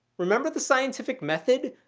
remember the scientific method?